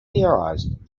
theorized